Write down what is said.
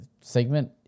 segment